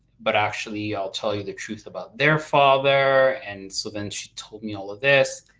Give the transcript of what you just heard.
but actually i'll tell you the truth about their father and so then she told me all of this.